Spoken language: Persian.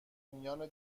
میان